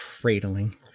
cradling